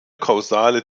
kausale